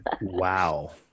Wow